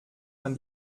man